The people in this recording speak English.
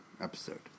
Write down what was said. episode